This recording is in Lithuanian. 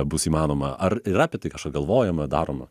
bus įmanoma ar yra apie tai kažkas galvojama daroma